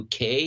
UK